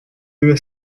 двумя